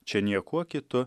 čia niekuo kitu